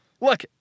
look